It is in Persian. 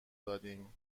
دادیم